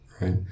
Right